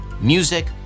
music